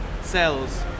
cells